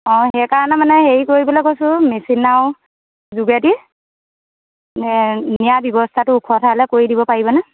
অঁ সেইকাৰণে মানে হেৰি কৰিবলৈ কৈছোঁ মেচিন নাও যোগেদি নিয়াৰ ব্যৱস্থাটো ওখ ঠাইলৈ কৰি দিব পাৰিবনে